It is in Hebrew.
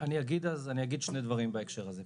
אני אגיד שני דברים בהקשר הזה.